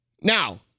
Now